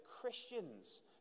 Christians